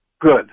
Good